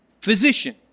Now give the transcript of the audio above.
physician